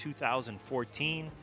2014